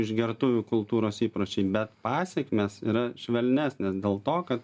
išgertuvių kultūros įpročiai bet pasekmės yra švelnesnės dėl to kad